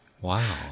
Wow